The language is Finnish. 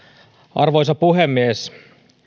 arvoisa puhemies